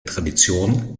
tradition